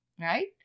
Right